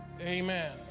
Amen